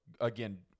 again